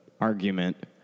argument